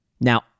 Now